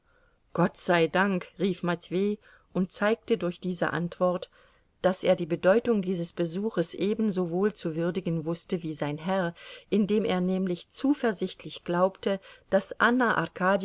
gott sei dank rief matwei und zeigte durch diese antwort daß er die bedeutung dieses besuches ebensowohl zu würdigen wußte wie sein herr indem er nämlich zuversichtlich glaubte daß anna